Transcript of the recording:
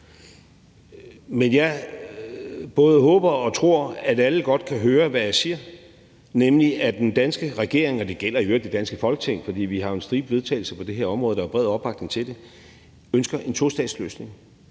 Men jeg både håber og tror, at alle godt kan høre, hvad jeg siger, nemlig at den danske regering – det gælder i øvrigt også det danske Folketing, for vi har jo en stribe vedtagelser på det her område, og der er bred opbakning til det – ønsker en tostatsløsning,